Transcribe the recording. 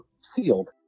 sealed